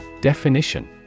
Definition